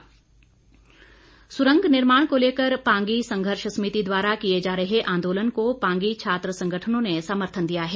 सुरंग सुरंग निर्माण को लेकर पांगी संघर्ष समिति द्वारा किए जा रहे आंदोलन को पांगी छात्र संगठनों ने समर्थन दिया है